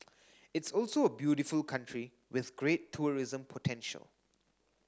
it's also a beautiful country with great tourism potential